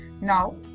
Now